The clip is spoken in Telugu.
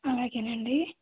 అలాగేనండి